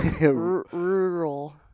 Rural